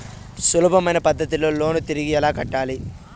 సులభమైన పద్ధతిలో లోను తిరిగి ఎలా కట్టాలి